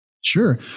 Sure